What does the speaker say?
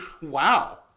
Wow